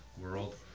world